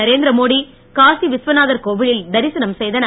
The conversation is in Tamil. நரேந்திரமோடி காசி விஸ்வநாதர் கோவிலில் தரிசனம் செய்தனர்